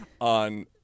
on